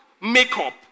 makeup